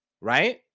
right